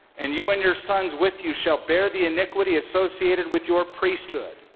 and you and your sons with you shall bear the iniquity associated with your priesthood